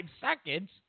seconds